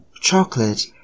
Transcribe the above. chocolate